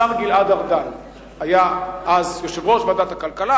השר גלעד ארדן היה אז יושב-ראש ועדת הכלכלה.